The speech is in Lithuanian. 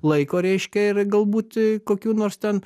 laiko reiškia ir galbūt kokių nors ten